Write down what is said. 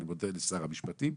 אני מודה לשר המשפטים,